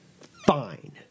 Fine